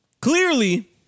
Clearly